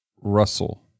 russell